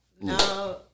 No